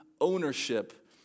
ownership